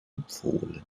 empfohlen